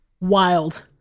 Wild